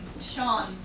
Sean